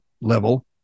level